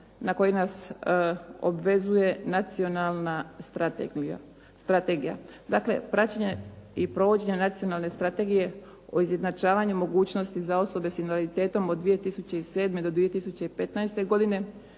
na koji nas obvezuje Nacionalna strategija. Dakle, praćenja i provođenja Nacionalne strategije o izjednačavanju mogućnosti za osobe s invaliditetom od 2007. do 2015. godine